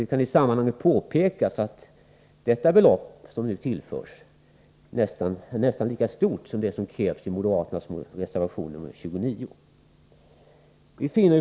Det bör påpekas att beloppet är nästan lika stort som det belopp som krävs i moderaternas reservation nr 29.